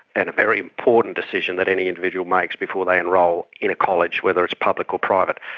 and a very important decision that any individual makes before they enrol in a college, whether it's public or private.